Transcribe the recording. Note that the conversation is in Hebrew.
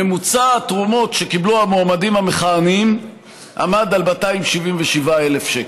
ממוצע התרומות שקיבלו המועמדים המכהנים עמד על 277,000 שקל,